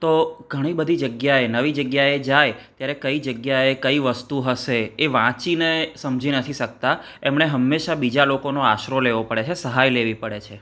તો ઘણી બધી જગ્યાએ નવી જગ્યાએ જાય ત્યારે કઈ જગ્યાએ કઈ વસ્તુ હશે એ વાંચીને સમજી નથી શકતા એમણે હંમેશા બીજા લોકોનો આશરો લેવો પડે છે સહાય લેવી પડે છે